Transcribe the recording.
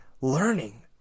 learning